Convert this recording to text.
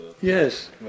Yes